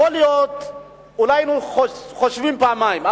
יכול להיות, אולי היינו חושבים פעמיים.